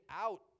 out